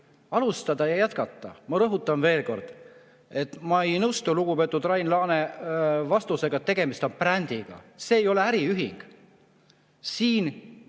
alustada ja jätkata. Ma rõhutan veel kord, et ma ei nõustu lugupeetud Rain Laane vastusega, et tegemist on brändiga. See ei ole äriühing. Siin